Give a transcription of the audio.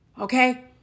Okay